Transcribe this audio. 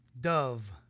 Dove